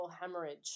hemorrhage